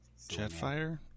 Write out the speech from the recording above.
Jetfire